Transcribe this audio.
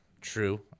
true